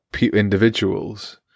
individuals